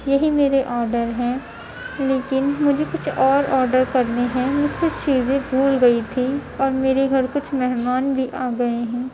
یہی میرے آڈر ہیں لیکن مجھے کچھ اور آڈر کرنے ہیں میں کچھ چیزیں بھول گئی تھی اور میرے گھر کچھ مہمان بھی آ گیے ہیں